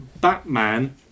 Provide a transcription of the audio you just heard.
Batman